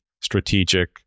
strategic